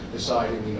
deciding